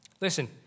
Listen